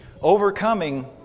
overcoming